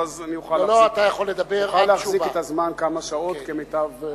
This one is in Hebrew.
אני אוכל להחזיק את הזמן כמה שעות כמיטב,